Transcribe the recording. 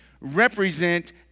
represent